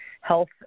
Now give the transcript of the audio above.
health